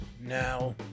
now